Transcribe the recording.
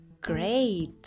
Great